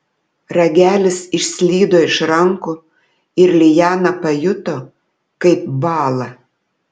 ragelis išslydo iš rankų ir liana pajuto kaip bąla